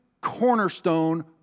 cornerstone